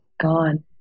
gone